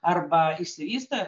arba išsivysto